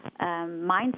mindset